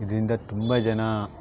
ಇದರಿಂದ ತುಂಬ ಜನ